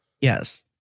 Yes